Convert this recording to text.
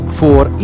voor